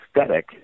aesthetic